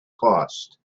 cost